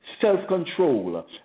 self-control